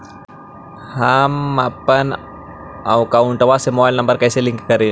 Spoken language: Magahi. हमपन अकौउतवा से मोबाईल नंबर कैसे लिंक करैइय?